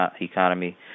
economy